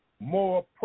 more